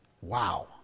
Wow